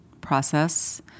process